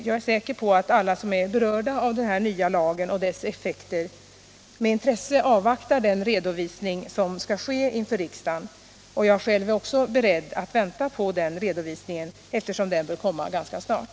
Jag är säker på att alla som är berörda av den här nya lagen och dess effekter med intresse avvaktar den redovisning som skall ske inför riksdagen, och jag själv är också beredd att vänta på den redovisningen, eftersom den bör komma ganska snart.